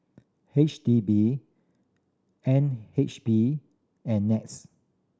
H D B N H B and NETS